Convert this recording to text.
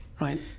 right